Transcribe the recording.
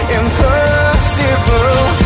impossible